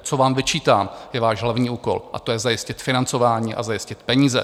Co vám vyčítám, je váš hlavní úkol a to je zajistit financování a zajistit peníze.